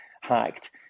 hacked